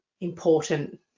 important